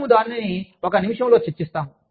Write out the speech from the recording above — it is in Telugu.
మనము దానిని ఒక నిమిషం లో చర్చిస్తాము